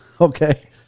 Okay